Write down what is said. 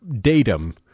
datum